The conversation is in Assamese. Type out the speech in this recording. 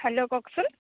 হেল্ল' কওকচোন